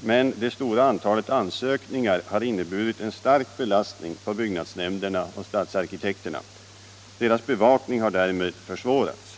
men det stora antalet ansökningar har inneburit en stark be 1" lastning på byggnadsnämnderna och stadsarkitekterna. Deras bevakning har därmed försvårats.